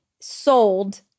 sold